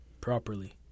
properly